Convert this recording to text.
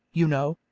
you know,